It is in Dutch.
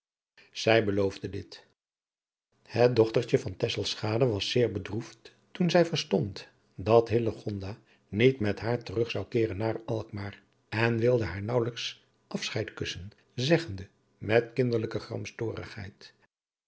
zij beloofde dit het dochtertje van tesselschade was zeer bedroefd toen zij verstond dat hillegonda niet met haar terug zou keeren naar alkmaar en wilde adriaan loosjes pzn het leven van hillegonda buisman haar naauwelijks asscheid kussen zeggende met kinderlijke